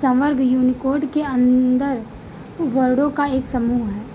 संवर्ग यूनिकोड के अन्दर वर्णों का एक समूह है